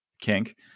kink